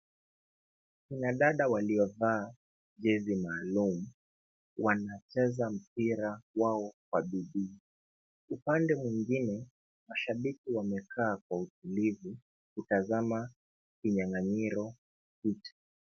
Wanadada waliovaa jezi maalum wanacheza mpira wao kwa bidii. Upande mwingine, mashabiki wamekaa kwa utulivu kutazama kinyang'anyiro hiki.